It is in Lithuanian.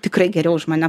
tikrai geriau už mane